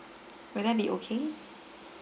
will that be okay